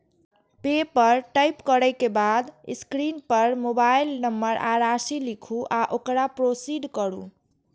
पे पर टैप करै के बाद स्क्रीन पर मोबाइल नंबर आ राशि लिखू आ ओकरा प्रोसीड करू